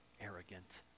arrogant